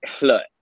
look